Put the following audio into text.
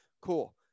Cool